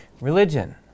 religion